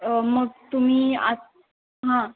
मग तुम्ही आ